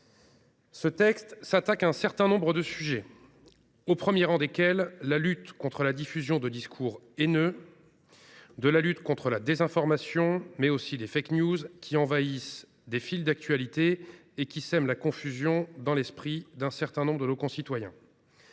Ce texte s’attaque à un certain nombre de sujets, au premier rang desquels la lutte contre la diffusion de discours haineux et contre la désinformation. Les envahissent nos fils d’actualité et sèment la confusion dans l’esprit d’un certain nombre de nos concitoyens.